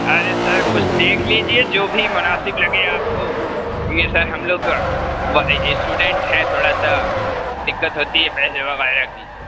ارے sir کچھ دیکھ لیجیے جو بھی مُناسب لگے آپ کو تو یہ سر ہم لوگ اسٹوڈنٹ ہیں تھوڑا سا دقت ہوتی ہے پیسے وغیرہ کی